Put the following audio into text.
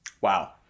Wow